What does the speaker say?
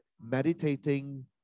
meditating